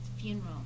funeral